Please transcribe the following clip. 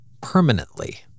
permanently